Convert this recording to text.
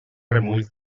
remull